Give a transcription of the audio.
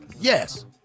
yes